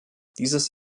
dieses